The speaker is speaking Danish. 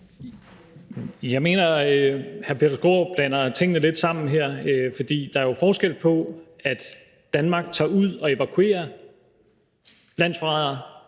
Jeg mener, at hr. Peter Skaarup blander tingene lidt sammen her, for der er jo forskel på, at Danmark tager ud og evakuerer landsforrædere,